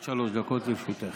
עד שלוש דקות לרשותך.